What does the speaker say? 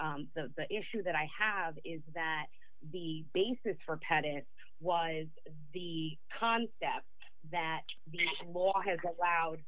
d the issue that i have is that the basis for pet it was the concept that the law has allowed